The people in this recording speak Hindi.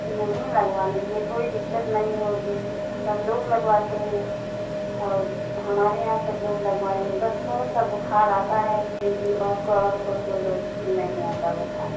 नहीं लगवा लीजिए कोई दिक्कत नहीं होगी सबलोग लगवाते हैं और हमारे यहाँ सब लोग लगवाएँ हैं बस थोड़ा सा बुखार आता है टी बी लोग को और को लोग नहीं आता है बुखार